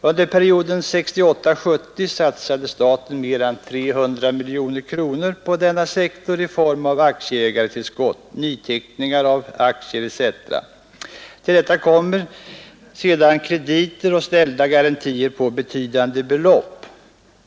Under perioden 1968-1970 satsade staten mer än 300 miljoner kronor på denna sektor i form av aktieägartillskott, nyteckningar av aktier etc. Till det kommer sedan krediter och ställda garantier på betydande belopp.